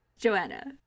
Joanna